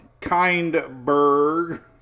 Kindberg